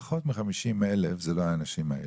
פחות מ-50,000 זה לא האנשים האלה.